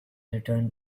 returned